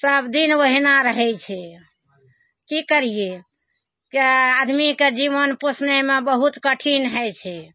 सब दिन ओहिना रहय छै की करियइ अइ आदमीके जीवन पोसनेमे बहुत कठिन हइ छै